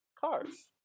cars